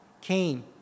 came